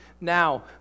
now